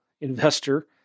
investor